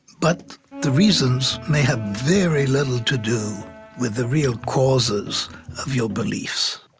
but the reasons may have very little to do with the real causes of your beliefs.